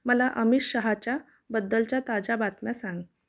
मला अमित शहाच्या बद्दलच्या ताज्या बातम्या सांग